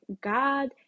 God